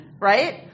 Right